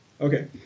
Okay